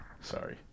Sorry